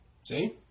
See